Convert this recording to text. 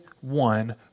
one